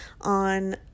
on